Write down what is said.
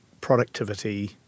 productivity